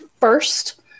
first